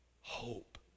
hope